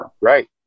Right